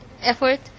effort